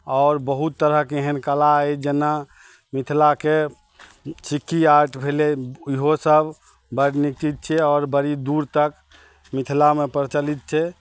आओर बहुत तरहके एहन कला अछि जेना मिथिलाके सिक्की आर्ट भेलै इहो सभ बड नीक चित्रित छै आओर बड़ी दूर तक मिथिलामे प्रचलित छै